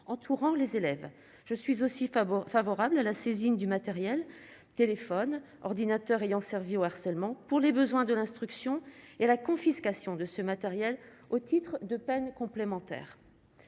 entourant les élèves, je suis aussi favorable à la saisine du matériel Tél ordinateur ayant servi au harcèlement pour les besoins de l'instruction et la confiscation de ce matériel au titre de peine complémentaire,